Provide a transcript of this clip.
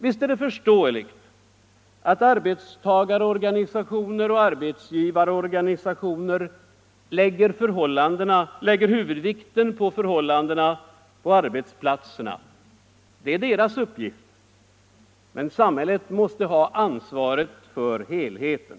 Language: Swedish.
Visst är det förståeligt att arbetstagaroch arbetsgivarorganisationer lägger huvudvikten på förhållandena på arbetsplatserna. Det är deras uppgift. Men samhället måste ha ansvaret för helheten.